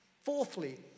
Fourthly